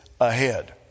ahead